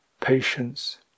patience